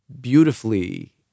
beautifully